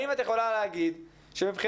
האם את יכולה להגיד שמבחינתך